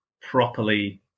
properly